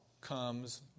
comes